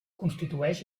constitueix